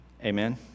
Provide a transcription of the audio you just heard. Amen